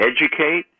educate